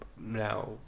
now